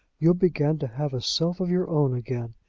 you'll begin to have a self of your own again.